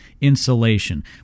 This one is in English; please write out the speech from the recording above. insulation